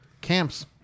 Camps